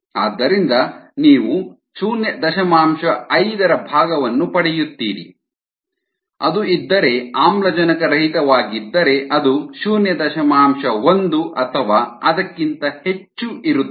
ಆದ್ದರಿಂದ ನೀವು ಶೂನ್ಯ ದಶಮಾಂಶ ಐದರ ಭಾಗವನ್ನು ಪಡೆಯುತ್ತೀರಿ ಅದು ಇದ್ದರೆ ಆಮ್ಲಜನಕರಹಿತವಾಗಿದ್ದರೆ ಅದು ಶೂನ್ಯ ದಶಮಾಂಶ ಒಂದು ಅಥವಾ ಅದಕ್ಕಿಂತ ಹೆಚ್ಚು ಇರುತ್ತದೆ